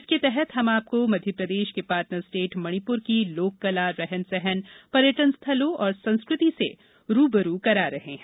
इसके तहत हम आपको मध्यप्रदेश के पार्टनर स्टेट मणिपुर की लोककला रहन सहन पर्यटन स्थलों और संस्कृति से रू ब रू करा रहे हैं